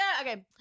Okay